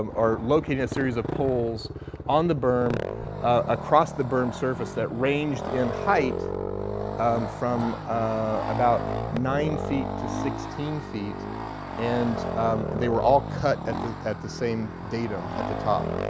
um or locating a series of poles on the berm across the berm's surface that ranged in height um from ah about nine feet to sixteen feet and they were all cut at the at the same datum at the top.